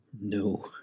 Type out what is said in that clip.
No